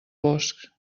boscs